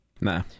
Nah